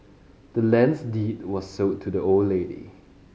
the land's deed was sold to the old lady